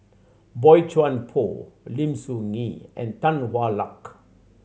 Boey Chuan Poh Lim Soo Ngee and Tan Hwa Luck